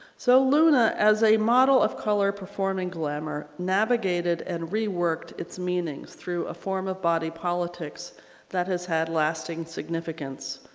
so luna as a model of color performing glamour navigated and reworked its meanings through a form of body politics that has had lasting significance.